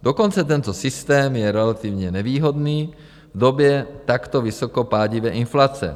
Dokonce tento systém je relativně nevýhodný v době takto vysoko pádivé inflace.